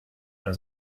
eine